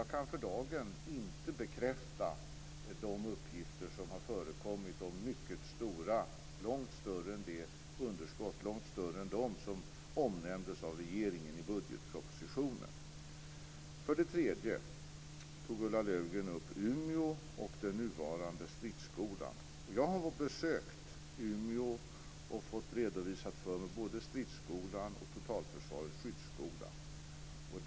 Jag kan för dagen inte bekräfta de uppgifter som har förekommit om mycket stora underskott, långt större än det som omnämndes av regeringen i budgetpropositionen. För det tredje tog Ulla Löfgren upp Umeå och den nuvarande stridsskolan. Jag har besökt Umeå och fått redovisat för mig både stridsskolan och totalförsvarets skyddsskola.